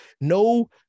no